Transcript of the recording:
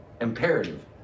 imperative